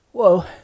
Whoa